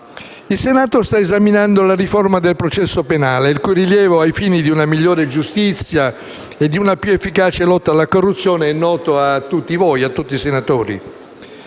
Il Senato sta esaminando la riforma del processo penale, il cui rilievo ai fini di una migliore giustizia e di una più efficace lotta alla corruzione è noto a tutti i senatori.